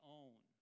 own